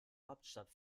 hauptstadt